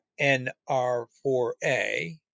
NR4A